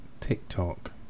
tiktok